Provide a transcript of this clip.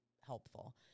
helpful